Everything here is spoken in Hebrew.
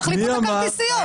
תחליפו את הכרטיסיות.